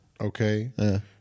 okay